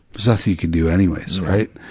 there's nothing you can do anyways, right?